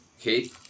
Okay